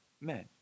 men